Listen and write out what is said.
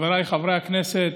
חבריי חברי הכנסת,